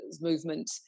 movement